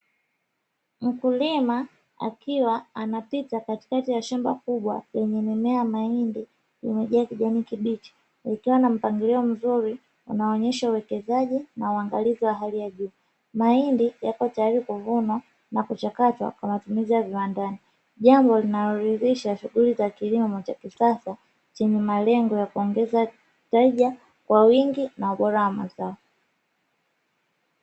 Mkulima akiwa anapita katikati ya shamba kubwa; lenye mimea ya mahindi, limejaa kijani kibichi; likiwa na mpangilio mzuri unaoonyesha uwekezaji na uangalizi wa hali ya juu. Mahindi yapo tayari kuvunwa na kuchakatwa kwa matumizi ya viwandani; jambo linaloridhisha shughuli za kilimo cha kisasa; kinacholenga kuongeza tija kwa wingi na ubora wa mazao.